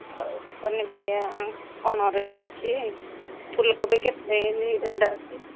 ପନିପରିବା କ'ଣ ରେଟ୍ ଅଛି ଫୁଲ କୋବି କେତେ ଅଛି